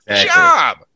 job